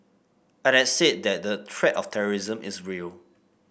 I had said that the threat of terrorism is real